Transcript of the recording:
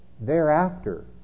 thereafter